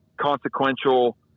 consequential